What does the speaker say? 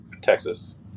Texas